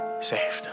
saved